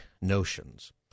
notions